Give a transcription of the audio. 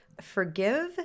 forgive